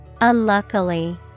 Unluckily